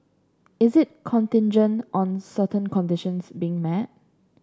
is it contingent on certain conditions being met